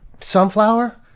Sunflower